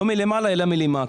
לא מלמעלה אלא מלמטה.